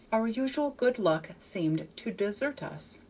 our usual good luck seemed to desert us.